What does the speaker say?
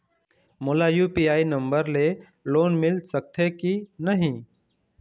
मोला UPI number ले loan मिल सकथे कि नहीं?